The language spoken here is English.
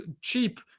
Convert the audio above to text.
cheap